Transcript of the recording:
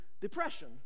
depression